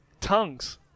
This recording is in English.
Tongues